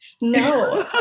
No